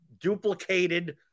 duplicated